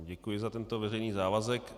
Děkuji za tento veřejný závazek.